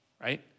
right